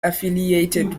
affiliated